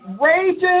Raging